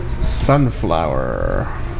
Sunflower